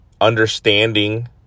understanding